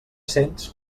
cents